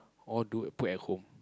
all do put at home